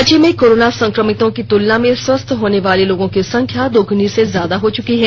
राज्य में कोरोना संक्रमितों की तुलना में स्वस्थ होने वाले लोगों की संख्या दोगुनी से ज्यादा हो चुकी है